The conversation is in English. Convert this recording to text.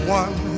one